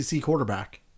quarterback